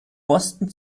boston